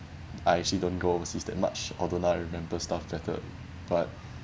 I actually don't go overseas that much all though now I remember stuff better but